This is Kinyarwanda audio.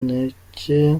inkeke